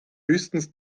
höchstens